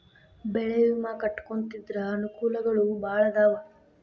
ಬೆಳೆ ವಿಮಾ ಕಟ್ಟ್ಕೊಂತಿದ್ರ ಅನಕೂಲಗಳು ಬಾಳ ಅದಾವ